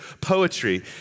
poetry